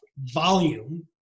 volume